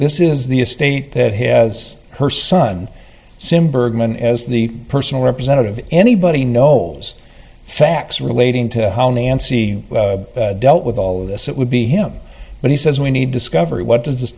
this is the estate that has her son sim bergman as the personal representative anybody know facts relating to how nancy dealt with all of this it would be him but he says we need discovery what does this